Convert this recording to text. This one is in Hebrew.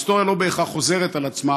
ההיסטוריה לא בהכרח חוזרת על עצמה,